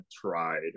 tried